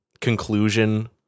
conclusion